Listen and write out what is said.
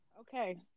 okay